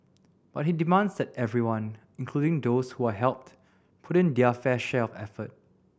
but he demands that everyone including those who are helped put in their fair share of effort